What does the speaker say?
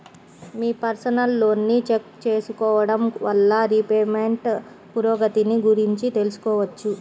మీ personal లోన్ని check చేసుకోడం వల్ల రీపేమెంట్ పురోగతిని గురించి తెలుసుకోవచ్చు